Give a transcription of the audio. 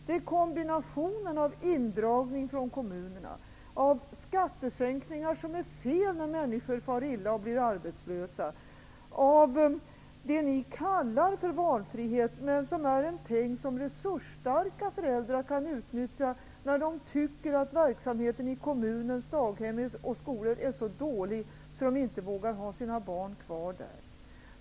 Det rör sig om en kombination av indragningar från kommunerna, av felaktiga skattesänkningar som gör att männsikor far illa och blir arbetslösa och av det som ni kallar för valfrihet men som är någonting som resursstarka människor kan utnyttja när de tycker att verksamheten i kommunens daghem och skolor är så dålig att de inte vågar ha sina barn kvar där.